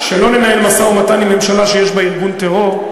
לא ננהל משא-ומתן עם ממשלה שיש בה ארגון טרור,